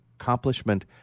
Accomplishment